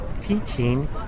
teaching